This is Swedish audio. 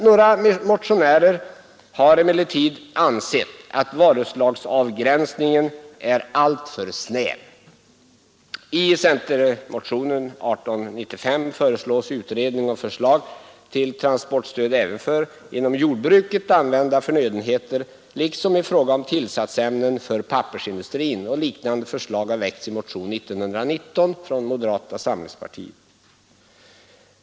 Några motionärer har emellertid ansett att varuslagsavgränsningen är alltför snäv. I centermotionen 1895 föreslås utredning och förslag till transportstöd även för inom jordbruket använda förnödenheter liksom i fråga om tillsatsämnen för pappersindustrin. Liknande förslag har väckts i motionen 1919 från moderata samlingspartiet.